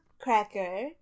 Cracker